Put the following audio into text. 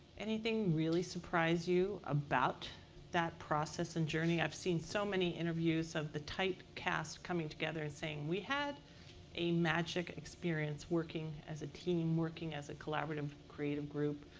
anything really surprise you about that process and journey? i've seen so many interviews of the tight cast coming together and saying, we had a magic experience working as a team, working as a collaborative, creative group.